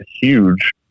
huge